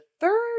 third